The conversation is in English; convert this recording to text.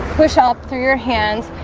push help through your hands.